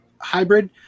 hybrid